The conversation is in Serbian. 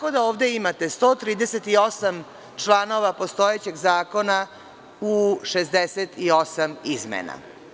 Ovde imate 138 članova postojećeg zakona u 68 izmena.